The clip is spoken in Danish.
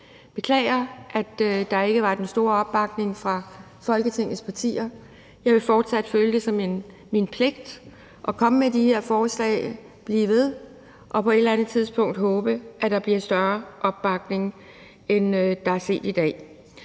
Jeg beklager, at der ikke var den store opbakning fra Folketingets partier. Jeg vil fortsat føle det som min pligt at komme med de her forslag, blive ved, og på et eller andet tidspunkt håbe, at der bliver større opbakning, end der er set i dag.